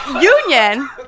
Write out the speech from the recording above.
union